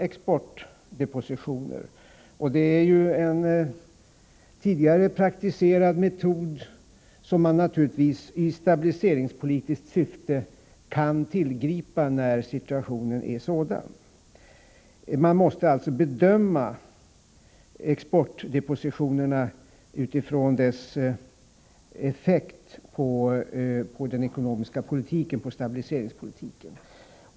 Exportdepositioner är ju en tidigare praktiserad metod, som man kan tillgripa i stabiliseringspolitiskt syfte när situationen är sådan. Man måste emellertid bedöma dem med hänsyn till deras effekt på den ekonomiska politiken och på stabiliseringspolitiken.